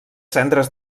cendres